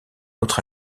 autre